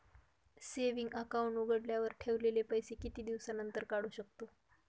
Saving account उघडल्यावर ठेवलेले पैसे किती दिवसानंतर काढू शकतो?